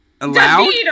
allowed